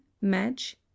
match